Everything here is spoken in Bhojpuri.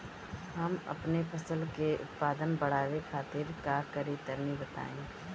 हम अपने फसल के उत्पादन बड़ावे खातिर का करी टनी बताई?